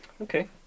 Okay